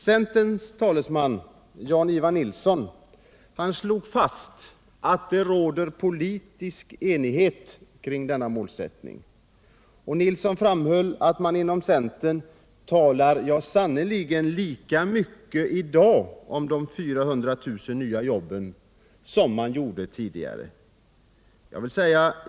Centerns talesman, Jan-Ivan Nilsson, slog fast att det råder politisk enighet kring denna målsättning. Han framhöll att man inom centern sannerligen talar lika mycket i dag om de 400 000 nya jobben som man gjorde tidigare.